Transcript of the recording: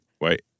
Wait